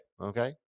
Okay